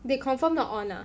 they confirm not on ah